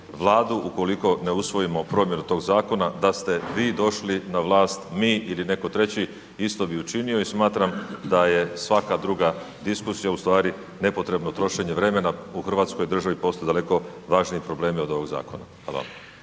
vladu ukoliko ne usvojimo promjenu tog zakona, da ste vi došli na vlast, mi ili neko treći isto bi učinio i smatram da je svaka druga diskusija ustvari nepotrebno trošenje vremena, u hrvatskoj državi postoje daleko važniji problemi od ovog zakona.